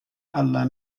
alla